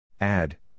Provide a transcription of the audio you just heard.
Add